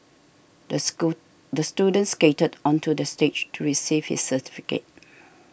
the school the student skated onto the stage to receive his certificate